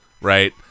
right